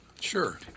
Sure